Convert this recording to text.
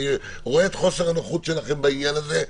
אני רואה את חוסר הנכונות שלכם בעניין הזה,